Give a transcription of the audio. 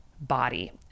body